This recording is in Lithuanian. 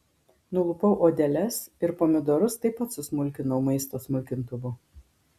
nulupau odeles ir pomidorus taip pat susmulkinau maisto smulkintuvu